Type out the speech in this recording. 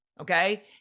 okay